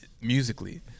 musically